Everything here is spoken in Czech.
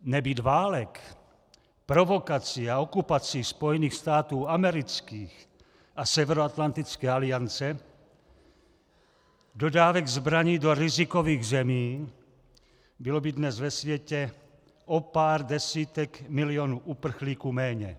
Nebýt válek, provokací a okupací Spojených států amerických a Severoatlantické aliance, dodávek zbraní do rizikových zemí, bylo by dnes ve světě o pár desítek milionů uprchlíků méně.